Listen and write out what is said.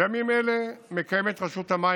בימים אלה מקיימת רשות המים,